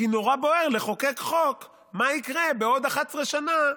כי נורא בוער לחוקק חוק מה יקרה בעוד 11 שנה,